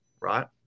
right